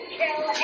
kill